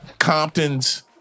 Compton's